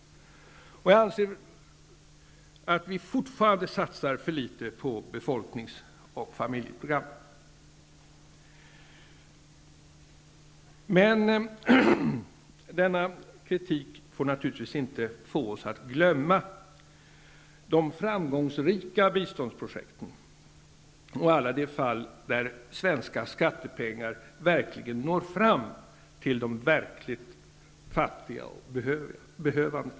Jag anser att vi fortfarande satsar för litet på befolknings och familjeprogram. Men denna kritik bör naturligtvis inte få oss att glömma de framgångsrika biståndsprojekten och alla de fall där svenska skattepengar faktiskt når fram till de verkligt fattiga och behövande.